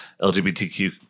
LGBTQ